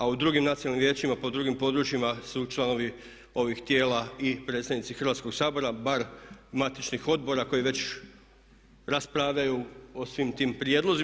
A u drugim nacionalnim vijećima po drugim područjima su članovi ovih tijela i predstavnici Hrvatskog sabora bar matičnih odbora koji već raspravljaju o svim tim prijedlozima.